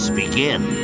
begin